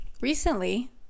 Recently